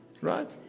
Right